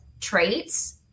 traits